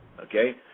okay